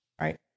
Right